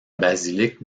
basilique